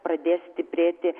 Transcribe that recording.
pradės stiprėti